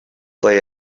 they